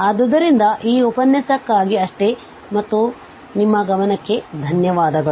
ಆದ್ದರಿಂದ ಈ ಉಪನ್ಯಾಸಕ್ಕಾಗಿ ಅಷ್ಟೆ ಮತ್ತು ನಿಮ್ಮ ಗಮನಕ್ಕೆ ಧನ್ಯವಾದಗಳು